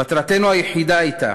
מטרתנו היחידה הייתה